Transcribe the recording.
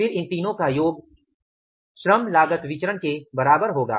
फिर इन तीनों का योग श्रम लागत विचरण के बराबर होगा